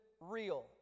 real